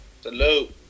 Salute